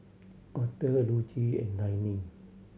Author Dulcie and Dallin